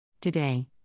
Today